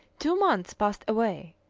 two months passed away,